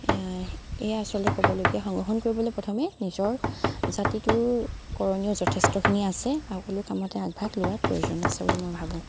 এয়াই এয়াই আচলতে ক'বলগীয় সংৰক্ষণ কৰিবলৈ প্ৰথমে নিজৰ জাতিটোৰ কৰণীয় যথেষ্টখিনি আছে সকলো কামতে আগভাগ লোৱাৰ প্ৰয়োজন আছে বুলি মই ভাবোঁ